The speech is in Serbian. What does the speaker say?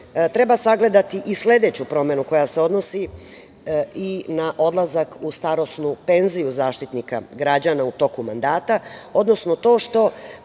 treba sagledati i sledeću promenu koja se odnosi i na odlazak u starosnu penziju, Zaštitnika građana u toku mandata, odnosno to što,